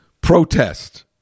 protest